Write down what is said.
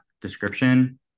description